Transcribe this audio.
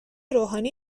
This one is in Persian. روحانی